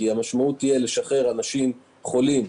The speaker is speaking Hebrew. כי המשמעות תהיה לשחרר אנשים חולים,